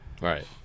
Right